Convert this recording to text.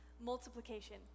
multiplication